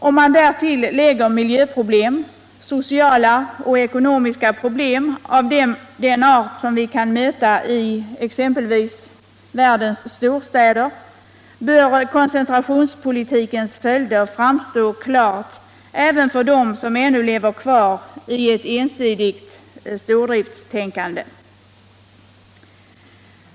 Om man därtill lägger miljöproblem, sociala och ekonomiska problem av den art som vi kan möta i exempelvis världens storstäder bör koncentrationspolitikens följder framstå klara även för dem som ännu lever kvar i ett ensidigt stordriftstänkande.